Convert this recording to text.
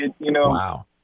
Wow